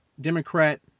Democrat